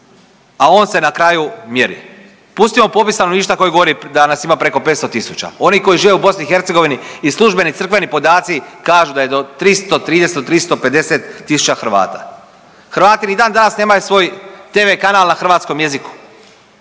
a on se na kraju mjeri. Pustimo popis stanovništva koji govori da nas ima preko 500 tisuća, oni koji žive u BiH i službeni i crkveni podaci kažu da je do 330, do 350 tisuća Hrvata. Hrvati ni dan danas nemaju svoj TV kanal na hrvatskom jeziku,